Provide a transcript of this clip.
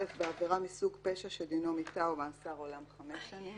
(א) בעבירה מסוג פשע שדינו מיתה או מאסר עולם 5 שנים,